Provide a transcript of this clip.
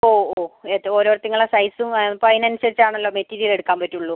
ഓ ഓ എ ഓരോറ്റ്ങ്ങളെ സൈസും അപ്പോൾ അതിനനുസരിച്ചാണല്ലോ മെറ്റീരിയൽ എടുക്കാൻ പറ്റുള്ളൂ